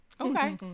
Okay